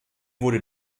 wurde